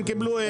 הם קיבלו נבואה.